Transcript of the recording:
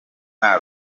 nta